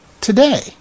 today